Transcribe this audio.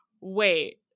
Wait